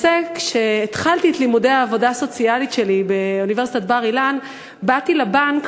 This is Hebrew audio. כשהתחלתי את לימודי העבודה הסוציאלית שלי באוניברסיטת בר-אילן באתי לבנק